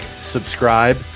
subscribe